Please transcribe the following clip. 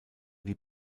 die